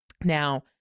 Now